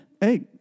Hey